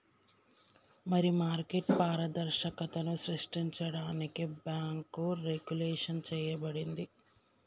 మరి మార్కెట్ పారదర్శకతను సృష్టించడానికి బాంకు రెగ్వులేషన్ చేయబడింది